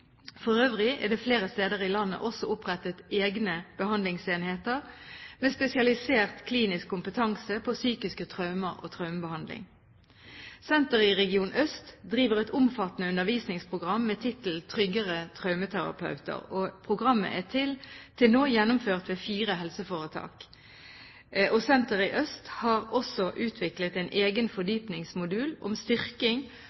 For øvrig er det flere steder i landet også opprettet egne behandlingsenheter med spesialisert klinisk kompetanse på psykiske traumer og traumebehandling. Senteret i region øst driver et omfattende undervisningsprogram med tittelen «Tryggere traumeterapeuter». Programmet er til nå gjennomført ved fire helseforetak. RVTS Øst har også utviklet en egen